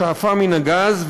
שאפה מן הגז,